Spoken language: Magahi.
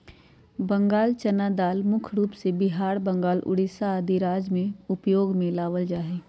बंगाल चना दाल मुख्य रूप से बिहार, बंगाल, उड़ीसा आदि राज्य में उपयोग में लावल जा हई